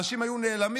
אנשים היו נעלמים,